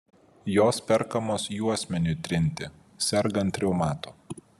jos perkamos juosmeniui trinti sergant reumatu